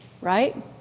Right